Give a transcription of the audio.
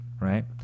right